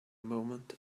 moment